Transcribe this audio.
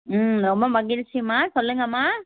ம் ரொம்ப மகிழ்ச்சிம்மா சொல்லுங்கள்ம்மா